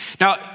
Now